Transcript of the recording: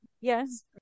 Yes